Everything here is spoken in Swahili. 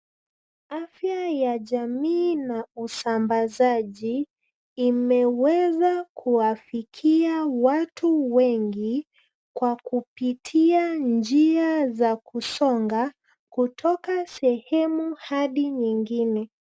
Afya ya jamii na usambazaji imeweza kuwafikia watu wengi kwa kupitia njia za kusonga kutoka sehemu hadi nyingine.